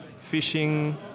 fishing